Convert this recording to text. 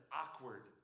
awkward